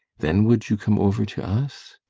then would you come over to us?